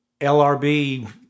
LRB